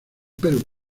perú